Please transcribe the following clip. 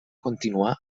continuar